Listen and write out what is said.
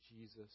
Jesus